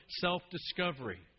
self-discovery